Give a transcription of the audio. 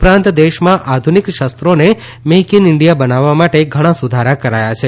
ઉપરાંત દેશમાં આધુનીક શસ્ત્રોને મેક ઇન ઇન્ડિયા બનાવવા માટે ઘણા સુધારા કરાયા છે